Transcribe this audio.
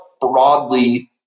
broadly